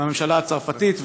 מהממשלה הצרפתית,